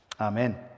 Amen